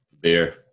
Beer